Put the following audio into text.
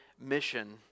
mission